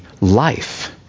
life